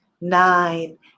nine